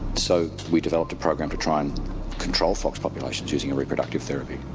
so we developed a program to try and control fox populations using a reproductive therapy,